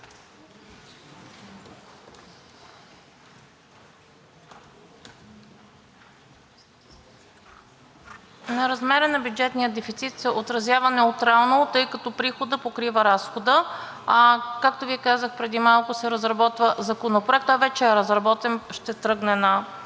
Размерът на бюджетния дефицит се отразява неутрално, тъй като приходът покрива разхода. Както Ви казах преди малко, разработва се законопроект, той вече е разработен, ще бъде